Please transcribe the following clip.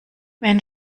wenn